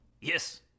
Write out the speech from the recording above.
Yes